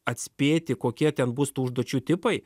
atspėti kokie ten bus tų užduočių tipai